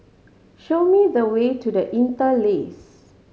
show me the way to The Interlace